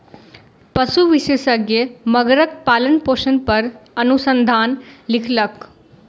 पशु विशेषज्ञ मगरक पालनपोषण पर अनुसंधान लिखलक